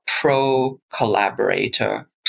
pro-collaborator